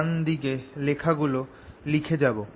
ডান দিকে লেখা গুলো লিখে যাব